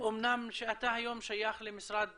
אמנם אתה היום שייך למשרד